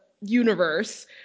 universe